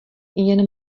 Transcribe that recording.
jen